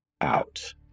out